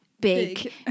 big